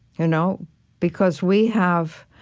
you know because we have